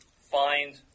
find